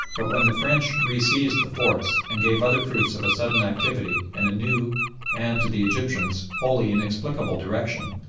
but when the french re-seized the forts and gave other proofs of a sudden activity in a new and, to the egyptians, wholly inexplicable direction,